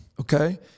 okay